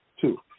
Two